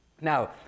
Now